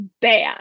bad